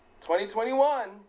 2021